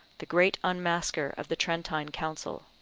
the great unmasker of the trentine council.